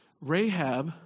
Rahab